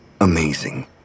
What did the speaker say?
Amazing